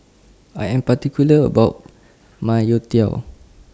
I Am particular about My Youtiao